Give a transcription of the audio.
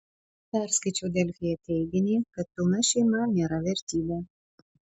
perskaičiau delfyje teiginį kad pilna šeima nėra vertybė